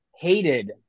hated